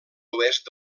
oest